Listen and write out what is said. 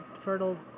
fertile